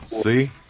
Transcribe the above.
See